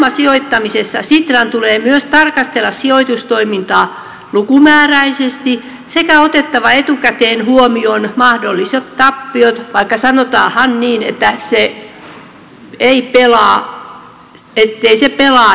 mutta pääomasijoittamisessa sitran tulee myös tarkastella sijoitustoimintaa lukumääräisesti sekä ottaa etukäteen huomioon mahdolliset tappiot vaikka sanotaanhan niin ettei se pelaa joka pelkää